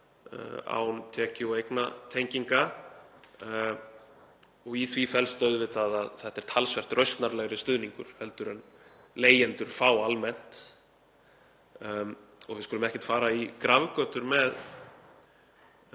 án tekju- og eignatenginga. Í því felst auðvitað að þetta er talsvert rausnarlegri stuðningur heldur en leigjendur fá almennt. Við skulum ekki fara í grafgötur með